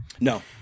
No